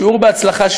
שיעור בהצלחה,